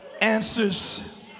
answers